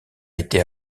été